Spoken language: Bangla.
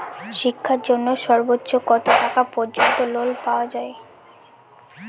শিক্ষার জন্য সর্বোচ্চ কত টাকা পর্যন্ত লোন পাওয়া য়ায়?